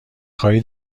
خواهی